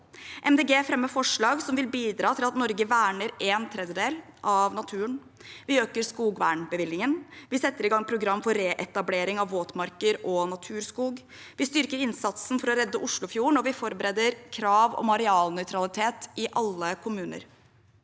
fremmer forslag som vil bidra til at Norge verner en tredjedel av naturen. Vi øker skogvernbevilgningen, vi setter i gang program for reetablering av våtmarker og naturskog, vi styrker innsatsen for å redde Oslofjorden, og vi forbereder krav om arealnøytralitet i alle kommuner.